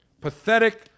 Pathetic